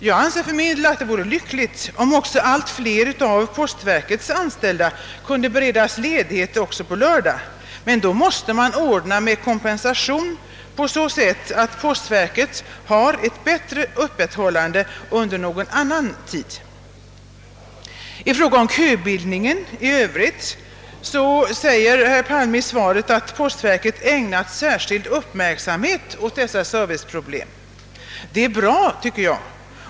Jag anser för min del att det vore lyckligt, om också allt fler av postens anställda kunde beredas ledighet på lördagar, men då måste man ordna med kompensation på så sätt att postverket har ett bättre öppethållande under någon annan tid. I fråga om köbildningen i övrigt säger herr Palme i svaret att postverket ägnat särskild uppmärksamhet åt dessa serviceproblem. Det är bra, tycker jag.